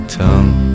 tongue